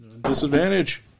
Disadvantage